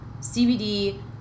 CBD